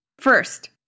First